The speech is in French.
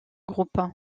groupe